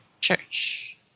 church